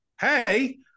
hey